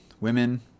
women